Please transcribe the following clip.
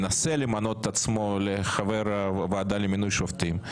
מנסה למנות את עצמו לחבר הוועדה למינוי שופטים,